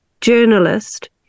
journalist